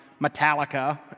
Metallica